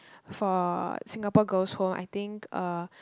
for Singapore girls' home I think uh